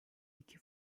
iki